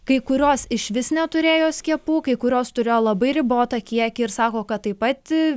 kai kurios išvis neturėjo skiepų kai kurios turėjo labai ribotą kiekį ir sako kad taip pat